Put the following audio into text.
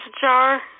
jar